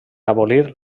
abolir